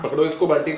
but let us go buy